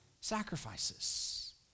sacrifices